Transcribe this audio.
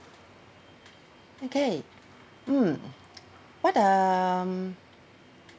okay mm what um